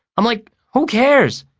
i'm like, who cares?